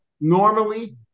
Normally